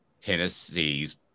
Tennessee's